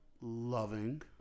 Loving